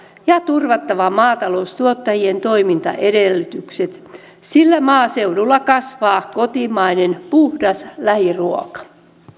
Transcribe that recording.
ja on turvattava maata loustuottajien toimintaedellytykset sillä maaseudulla kasvaa kotimainen puhdas lähiruoka